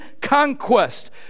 conquest